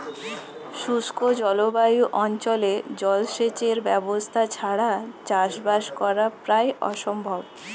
শুষ্ক জলবায়ু অঞ্চলে জলসেচের ব্যবস্থা ছাড়া চাষবাস করা প্রায় অসম্ভব